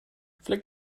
flick